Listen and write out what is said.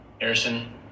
Harrison